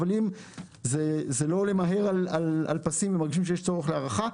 אבל אם זה לא עולה מהר על הפסים ומרגישים שיש צורך בהארכה,